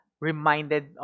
reminded